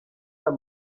ayo